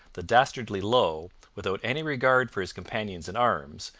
the dastardly low, without any regard for his companions in arms,